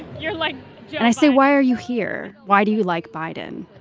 you're like you and i say, why are you here? why do you like biden?